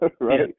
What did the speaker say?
right